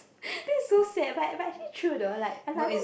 that's so sad but but actually true though like like I mean